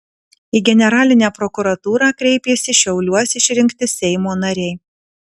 į generalinę prokuratūrą kreipėsi šiauliuos išrinkti seimo nariai